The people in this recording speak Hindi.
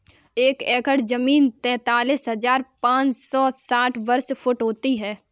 एक एकड़ जमीन तैंतालीस हजार पांच सौ साठ वर्ग फुट होती है